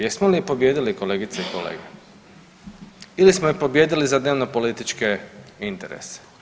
Jesmo li je pobijedili kolegice i kolege ili smo je pobijedili za dnevnopolitičke interese?